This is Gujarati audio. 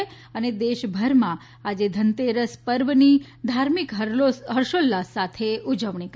ત અને દેશભરમાં આજે ધનતેરસ પર્વની ધાર્મિક હર્ષોલ્લાસ સાથે ઉજવણી કરાઇ